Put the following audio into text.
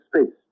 space